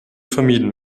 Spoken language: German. vermieden